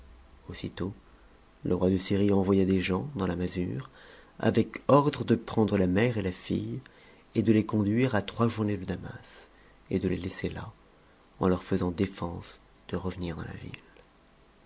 aussitôt le roi de syrie envoya des gens dans la masure avec ordre de'prendre ta mère et la fille et de les conduire à trois journées de damas et de les laisser là en leur faisant défense de revenir dans la ville